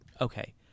Okay